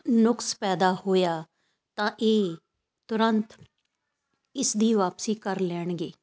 ਨੁਕਸ ਪੈਦਾ ਹੋਇਆ ਤਾਂ ਇਹ ਤੁਰੰਤ ਇਸਦੀ ਵਾਪਸੀ ਕਰ ਲੈਣਗੇ